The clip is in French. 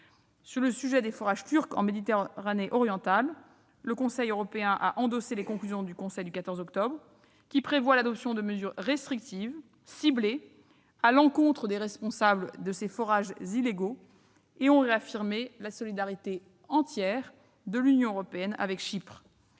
Sur le sujet des forages turcs en Méditerranée orientale, le Conseil européen a endossé les conclusions du conseil du 14 octobre, qui prévoient l'adoption de mesures restrictives, ciblées, à l'encontre des responsables de ces forages illégaux et ont réaffirmé la solidarité entière de l'Union européenne avec Chypre.